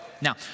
now